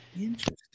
Interesting